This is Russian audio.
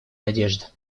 надежда